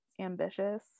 ambitious